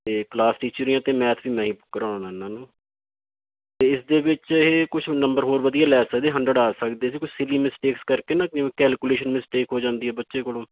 ਅਤੇ class teacher ਵੀ ਹੈ ਅਤੇ ਮੈਂ ਮੈਥ ਵੀ ਮੈਂ ਹੀ ਕਰਾਉਨਾ ਇਹਨਾਂ ਨੂੰ ਇਸ ਦੇ ਵਿੱਚ ਇਹ ਕੁਛ ਨੰਬਰ ਹੋਰ ਵਧੀਆ ਲੈ ਸਕਦੇ ਹੰਡਰਡ ਆ ਸਕਦੇ ਸੀ ਕੁਛ ਸਿਲੀ ਮਿਸਟੇਕਸ ਕਰਕੇ ਨਾ ਜਿਵੇਂ ਕੈਲਕੂਲੇਸ਼ਨ ਮਿਸਟੇਕ ਹੋ ਜਾਂਦੀ ਹੈ ਬੱਚੇ ਕੋਲੋਂ